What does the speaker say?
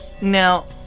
now